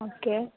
okay